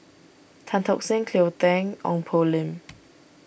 Tan Tock Seng Cleo Thang Ong Poh Lim